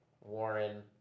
Warren